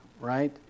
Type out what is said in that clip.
right